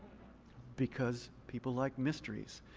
because people like mysteries.